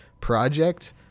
project